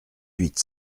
huit